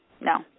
No